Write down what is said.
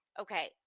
okay